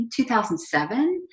2007